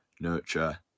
nurture